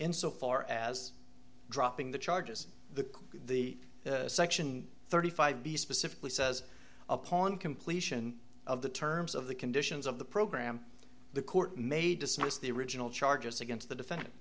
in so far as dropping the charges the the section thirty five b specifically says upon completion of the terms of the conditions of the program the court may dismiss the original charges against the defendant